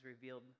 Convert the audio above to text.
revealed